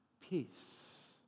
Peace